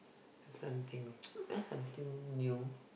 something ah something new